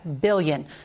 billion